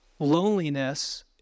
Loneliness